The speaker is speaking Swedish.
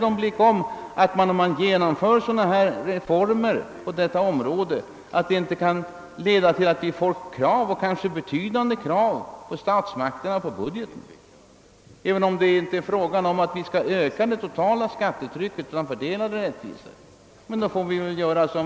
Om vi genomför reformer på detta område kan det naturligtvis leda till att betydande krav ställs på statsmakterna även om detta inte leder till att det totala skattetrycket ökar utan att medlen i stället fördelas mera rättvist.